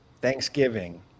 Thanksgiving